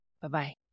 Bye-bye